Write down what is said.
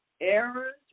errors